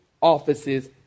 offices